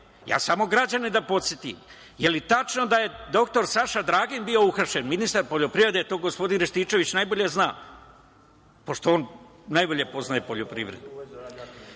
Ja samo građane da podsetim. Je li tačno da je dr Saša Dragin bio uhapšen, ministar poljoprivede, to gospodin Rističević najbolje zna, pošto on najbolje poznaje poljoprivredu.